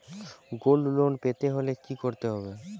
Gold loan পেতে হলে কি করতে হবে?